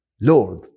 Lord